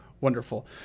wonderful